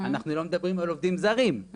אנחנו לא מדברים על עובדים זרים,